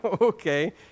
Okay